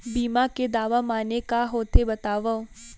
बीमा के दावा माने का होथे बतावव?